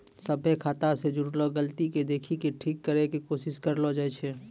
सभ्भे खाता से जुड़लो गलती के देखि के ठीक करै के कोशिश करलो जाय छै